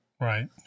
Right